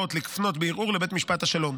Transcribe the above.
ההוראות לפנות בערעור לבית משפט השלום.